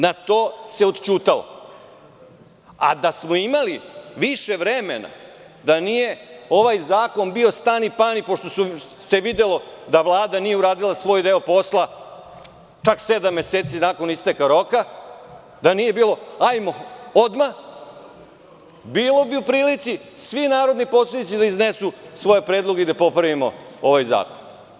Na to se odćutalo, a da smo imali više vremena, da nije ovaj zakon bio stani-pani, pošto se videlo da Vlada nije uradila svoj deo posla čak sedam meseci nakon isteka roka, da nije bilo – hajdemo odmah, bili bi u prilici svi narodni poslanici da iznesu svoje predloge i da popravimo ovaj zakon.